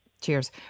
Cheers